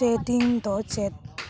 trading ᱫᱚ ᱪᱮᱫ